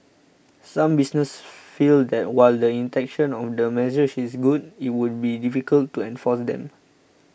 some businesses feel that while the intention of the measures is good it would be difficult to enforce them